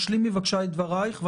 השלימי בבקשה את דברייך,